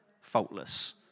faultless